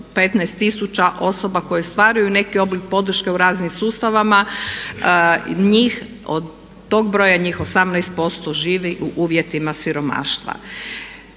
tisuća osoba koje ostvaruju neki oblik podrške u raznim sustavima od tog broja njih 18% živi u uvjetima siromaštva.